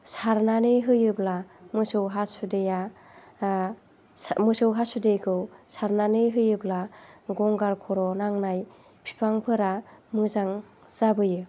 सारनानै होयोब्ला मोसौ हासुदैया मोसौ हासुदैखौ सारनानै होयोब्ला गंगार खर'आव नांनाय बिफांफोरा मोजां जाबोयो